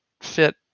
fit